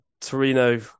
Torino